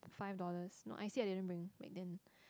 five dollarsno I_C I didn't bring back then